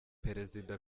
perezida